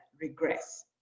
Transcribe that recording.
regress